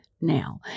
now